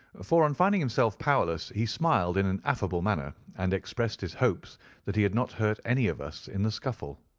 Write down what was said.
for on finding himself powerless, he smiled in an affable manner, and expressed his hopes that he had not hurt any of us in the scuffle.